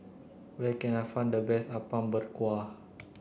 where can I find the best Apom Berkuah